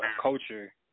culture